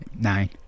Nine